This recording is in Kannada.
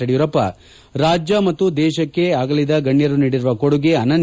ಯಡಿಯೂರಪ್ಪ ರಾಜ್ಯ ಮತ್ತು ದೇಶಕ್ಕೆ ಆಗಲಿದ ಗಣ್ಯರು ನೀಡಿರುವ ಕೊಡುಗೆ ಅನನ್ನ